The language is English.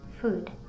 food